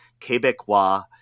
quebecois